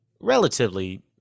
relatively